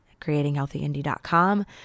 creatinghealthyindy.com